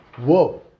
Whoa